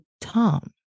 Tom